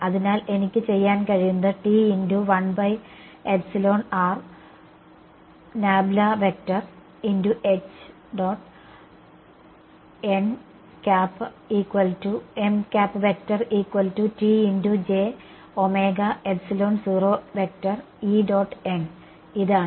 അതിനാൽ എനിക്ക് ചെയ്യാൻ കഴിയുന്നത് ഇതാണ്